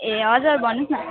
ए हजुर भन्नु होस् न